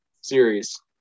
series